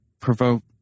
Provoke